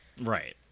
Right